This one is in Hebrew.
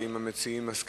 האם המציעים מסכימים